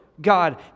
God